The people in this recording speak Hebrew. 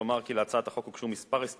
לומר כי להצעת החוק הוגשו כמה הסתייגויות,